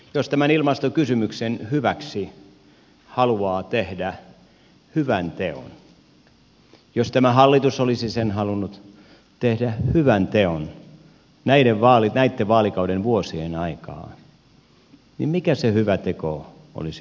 jos tämän ilmastokysymyksen hyväksi haluaa tehdä hyvän teon jos tämä hallitus olisi halunnut tehdä hyvän teon näitten vaalikauden vuosien aikaan niin mikä se hyvä teko olisi ollut